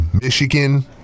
Michigan